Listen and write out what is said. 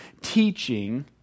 teaching